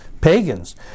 pagans